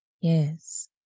Yes